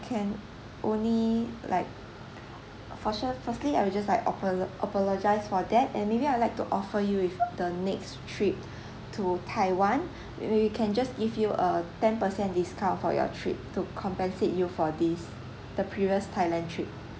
can only like for sure firstly I will just like ap~ apologise for that and maybe I'd like to offer you with the next trip to taiwan maybe we can just if you a ten percent discount for your trip to compensate you for this the previous thailand trip